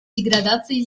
деградации